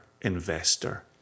investor